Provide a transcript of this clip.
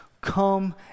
Come